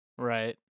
Right